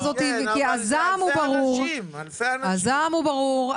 והזעם ברור.